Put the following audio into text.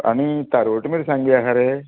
आनी तारवोटी मिरसांग बी आसा रे